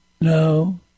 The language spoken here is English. No